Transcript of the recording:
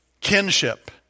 kinship